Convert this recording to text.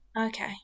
Okay